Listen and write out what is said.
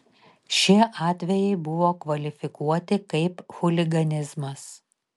šie atvejai buvo kvalifikuoti kaip chuliganizmas